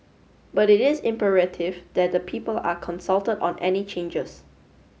but it is imperative that the people are consulted on any changes